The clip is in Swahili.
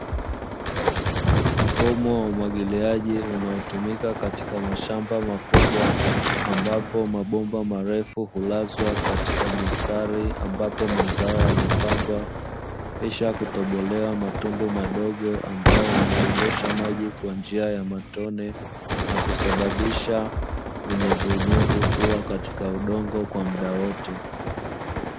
Mfumo wa umwagiliaji unaotumika katika mashamba makubwa, ambapo mabomba marefu hulazwa katika mistari ambapo mazao yamepandwa kisha kutobolewa matundu madogo ambayo yanadondosha maji kwa njia ya matone na kusababisha unyevunyevu kuwa katika udongo kwa muda wote.